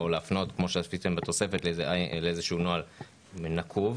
להפנות כמו שעשיתם בתוספת לאיזשהו נוהל נקוב,